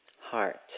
heart